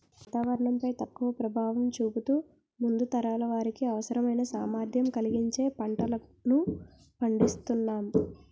వాతావరణం పై తక్కువ ప్రభావం చూపుతూ ముందు తరాల వారికి అవసరమైన సామర్థ్యం కలిగించే పంటలను పండిస్తునాం